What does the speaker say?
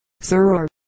sir